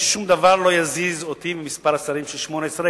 שום דבר לא יזיז אותי מהמספר של 18 השרים,